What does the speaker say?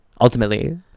ultimately